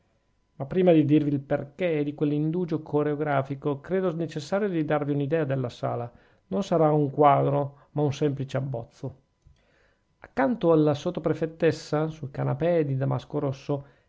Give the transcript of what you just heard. ma prima di dirvi il perchè di quell'indugio coreografico credo necessario di darvi un'idea della sala non sarà un quadro ma un semplice abbozzo accanto alla sottoprefettessa sul canapè di damasco rosso